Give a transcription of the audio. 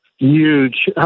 Huge